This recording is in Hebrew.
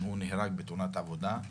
אם הוא נהרג בתאונת עבודה,